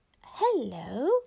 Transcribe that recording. Hello